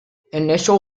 initial